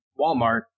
Walmart